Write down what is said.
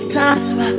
time